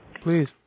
Please